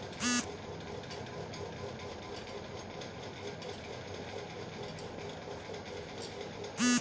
बुआई के समय अधिक वर्षा होने से फसल पर क्या क्या प्रभाव पड़ेगा?